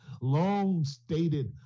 long-stated